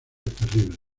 terrible